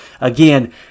Again